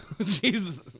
Jesus